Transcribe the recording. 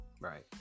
Right